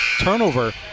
turnover